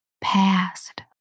past